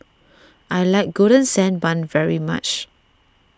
I like Golden Sand Bun very much